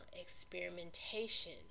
experimentation